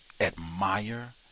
Admire